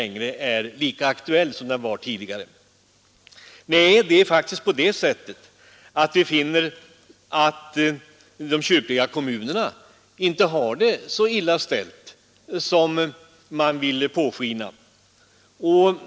Nej, anledningen är att de kyrkliga kommunerna inte har det så illa ställt ekonomiskt som man vill låta påskina.